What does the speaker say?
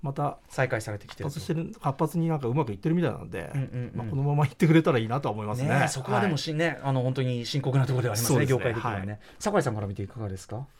また再開されてきてると。活発になんかうまくいってるみたいなので、うんうんうん。まあこのまま行ってくれたらいいなとは思いますね。ねえ、そこはでもし-はい。ね、あの、本当に深刻なところではありますね、そうですね。業界的にはね。はい。酒井さんから見ていかがですか？